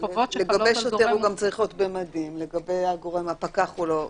לגבי שוטר הוא גם צריך להיות במדים, לגבי הפקח לא.